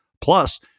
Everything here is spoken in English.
plus